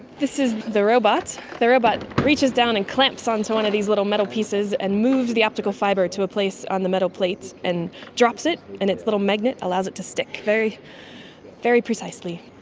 this is the robot. the robot reaches down and clamps onto one of these little metal pieces and moves the optical fibre to a place on the metal plate and drops it, and its little magnet allows it to stick very very precisely.